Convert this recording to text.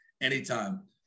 anytime